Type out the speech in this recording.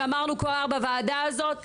שאמרנו כבר בוועדה הזאת,